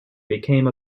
became